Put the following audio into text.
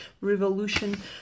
Revolution